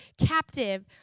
captive